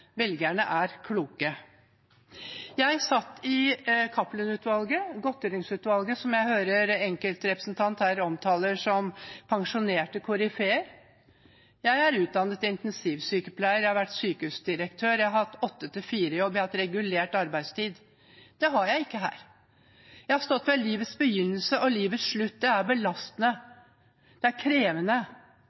velgerne er kloke. Jeg satt i Cappelen-utvalget, godtgjøringsutvalget, som jeg hører enkelte representanter her omtale som pensjonerte koryfeer. Jeg er utdannet intensivsykepleier, jeg har vært sykehusdirektør, jeg har hatt en 8–16-jobb, jeg har hatt regulert arbeidstid. Det har jeg ikke her. Jeg har stått ved livets begynnelse og livets slutt. Det er belastende. Det er krevende.